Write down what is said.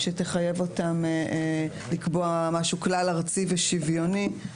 שתחייב אותם לקבוע משהו כלל ארצי ושוויוני,